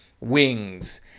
wings